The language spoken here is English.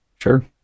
Sure